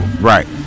Right